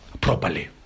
properly